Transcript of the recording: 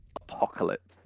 Apocalypse